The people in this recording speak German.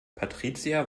patricia